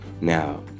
now